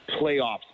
playoffs